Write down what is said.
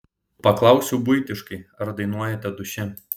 paklausiu buitiškai ar dainuojate duše